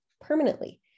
permanently